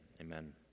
Amen